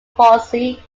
foci